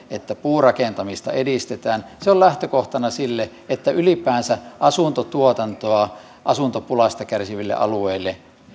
että puurakentamista edistetään se on lähtökohtana siinä että ylipäänsä asuntotuotantoa asuntopulasta kärsiville alueille